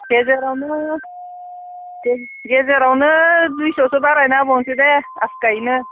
गेजेरावनो गेजेरावनो दुइस'सो बारायना होबावनोसै दे आसखायैनो